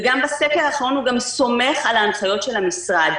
וגם בסקר האחרון הוא גם סומך על ההנחיות של המשרד.